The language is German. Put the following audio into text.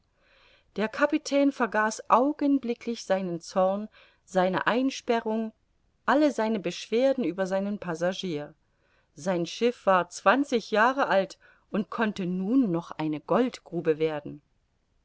der kapitän vergaß augenblicklich seinen zorn seine einsperrung alle seine beschwerden über seinen passagier sein schiff war zwanzig jahre alt und konnte nun noch eine goldgrube werden